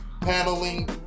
paneling